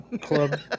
club